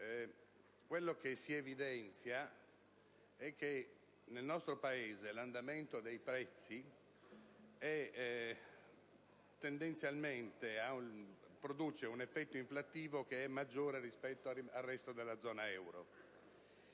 Quello che si evidenzia è che nel nostro Paese l'andamento dei prezzi produce tendenzialmente un effetto inflattivo maggiore rispetto al resto della zona euro.